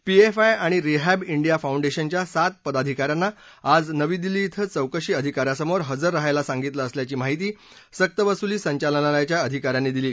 PFI आणि rehab India फाउंडेशनच्या सात पदाधिकाऱ्यांना आज नवी दिल्ली इथं चौकशी अधिकाऱ्यासमोर हजर राहायला सांगितलं असल्याची माहिती सक्तवसुली संचालनालयाच्या अधिकाऱ्यांनी दिली